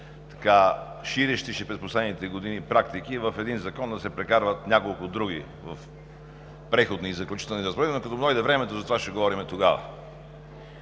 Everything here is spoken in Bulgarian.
тези ширещи се през последните години практики – в един закон да се прокарват няколко други в Преходни и заключителни разпоредби, но като дойде времето за това ще говорим тогава.